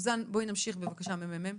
מהממ"מ, בואי נמשיך, בבקשה.